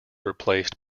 replaced